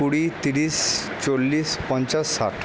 কুড়ি তিরিশ চল্লিশ পঞ্চাশ ষাট